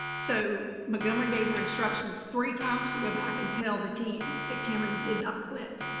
so montgomery gave her instructions three times to go back and tell the team that cameron did not quit.